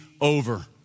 over